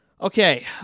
Okay